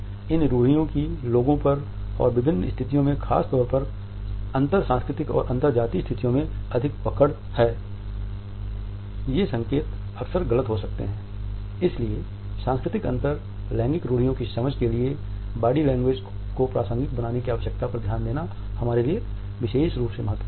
इसलिए सांस्कृतिक अंतर लैंगिक रूढ़ियों की समझ के लिए बॉडी लैंग्वेज को प्रासंगिक बनाने की आवश्यकता पर ध्यान देना हमारे लिए विशेष रूप से महत्वपूर्ण है